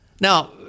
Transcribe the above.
Now